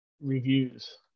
reviews